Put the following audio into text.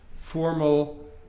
formal